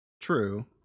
True